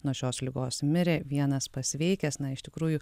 nuo šios ligos mirė vienas pasveikęs na iš tikrųjų